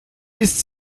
ist